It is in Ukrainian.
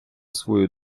свою